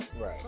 Right